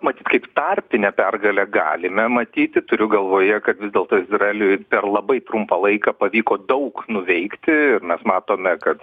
matyt kaip tarpinę pergalę galime matyti turiu galvoje kad vis dėlto izraeliui per labai trumpą laiką pavyko daug nuveikti ir mes matome kad